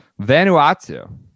Vanuatu